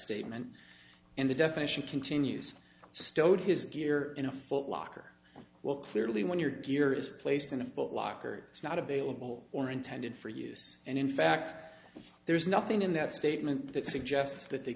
statement in the definition continues stowed his gear in a foot locker well clearly when your gear is placed in a foot locker it's not available or intended for use and in fact there is nothing in that statement that suggests that the